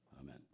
Amen